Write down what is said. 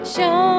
Show